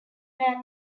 man